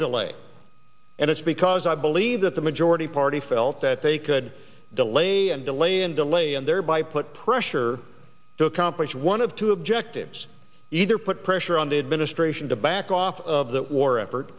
delay and it's because i believe that the majority party felt that they could delay and delay and delay and thereby put pressure to accomplish one of two objectives either put pressure on the administration to back off of the war effort